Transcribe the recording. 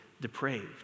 depraved